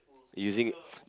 using